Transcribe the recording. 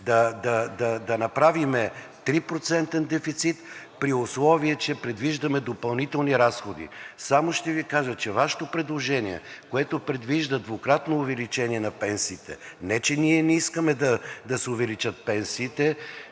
да направим 3%-ен дефицит, при условие че предвиждаме допълнителни разходи. Само ще Ви кажа, че Вашето предложение, което предвижда двукратно увеличение на пенсиите, не, че ние не искаме да се увеличат пенсиите